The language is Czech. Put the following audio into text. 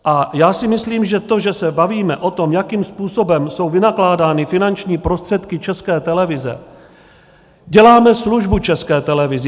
A já si myslím, že to, že se bavíme o tom, jakým způsobem jsou vynakládány finanční prostředky České televize, děláme službu České televizi.